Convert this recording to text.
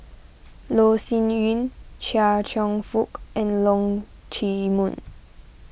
Loh Sin Yun Chia Cheong Fook and Leong Chee Mun